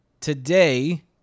Today